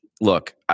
look